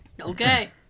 Okay